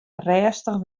rêstich